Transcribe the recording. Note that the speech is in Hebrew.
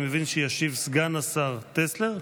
אני מבין שישיב סגן השר טסלר,